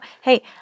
Hey